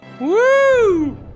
Woo